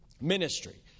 Ministry